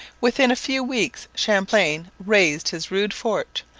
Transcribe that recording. within a few weeks champlain raised his rude fort,